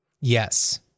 Yes